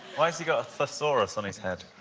why has he got a thesaurus on his head?